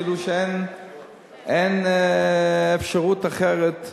כאילו שאין אפשרות אחרת,